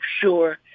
sure